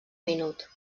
minut